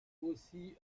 aussi